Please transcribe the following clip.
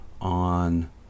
on